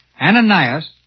Ananias